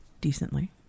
decently